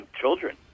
children